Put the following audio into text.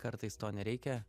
kartais to nereikia